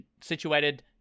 situated